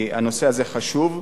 כי הנושא הזה חשוב,